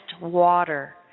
water